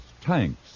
tanks